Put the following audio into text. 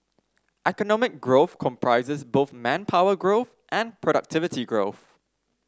economic growth comprises both manpower growth and productivity growth